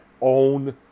own